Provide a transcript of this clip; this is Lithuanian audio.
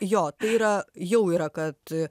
jo tai yra jau yra kad